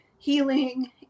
healing